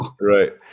Right